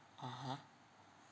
(uh huh)